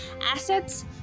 assets